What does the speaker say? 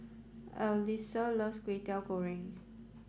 Alysa loves Kwetiau Goreng